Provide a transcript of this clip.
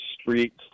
streets